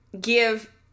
give